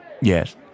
Yes